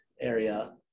area